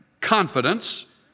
confidence